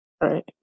Right